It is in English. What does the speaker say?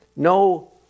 No